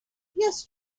yes